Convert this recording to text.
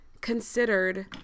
considered